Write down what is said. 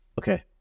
okay